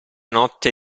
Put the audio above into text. notte